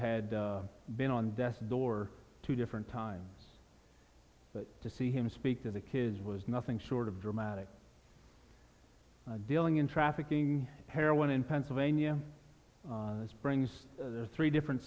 had been on death's door two different times but to see him speak to the kids was nothing short of dramatic dealing in trafficking heroin in pennsylvania brings three different